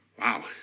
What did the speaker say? Wow